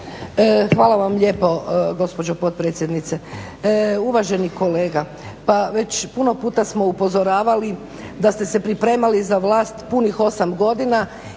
Hvala vam lijepo gospođo potpredsjednice. Uvaženi kolega, pa već puno puta smo upozoravali da ste se pripremali za vlast punih 8 godina